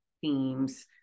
themes